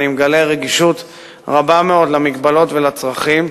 אני מגלה רגישות רבה מאוד למגבלות ולצרכים.